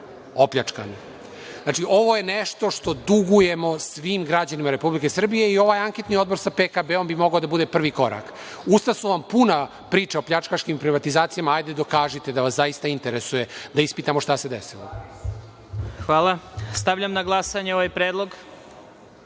opljačkani. Znači, ovo je nešto što dugujemo svim građanima Republike Srbije i ovaj anketni odbor sa PKB bi mogao da bude prvi korak. Usta su vam puna priča o pljačkaškim privatizacijama, ajde dokažite da vas zaista interesuje, da ispitamo šta se desilo. **Vladimir Marinković**